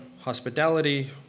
hospitality